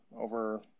over